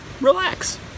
relax